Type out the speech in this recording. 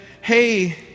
hey